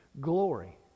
glory